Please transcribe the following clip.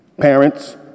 Parents